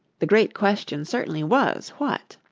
the great question certainly was, what?